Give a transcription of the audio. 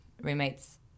roommate's